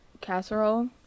casserole